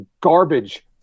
garbage